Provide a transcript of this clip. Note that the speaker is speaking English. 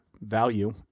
value